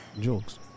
jokes